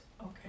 Okay